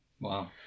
Wow